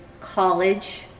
college